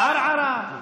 ערערה,